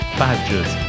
badgers